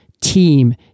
team